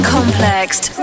Complexed